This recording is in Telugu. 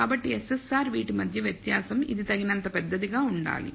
కాబట్టి SSR వీటి మధ్య వ్యత్యాసం ఇది తగినంత పెద్దదిగా ఉండాలి